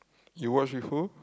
you watch with who